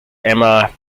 emma